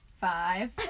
Five